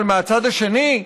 אבל מהצד השני,